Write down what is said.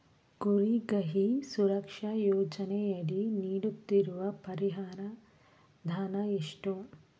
ಕುರಿಗಾಹಿ ಸುರಕ್ಷಾ ಯೋಜನೆಯಡಿ ನೀಡುತ್ತಿರುವ ಪರಿಹಾರ ಧನ ಎಷ್ಟು?